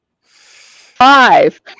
five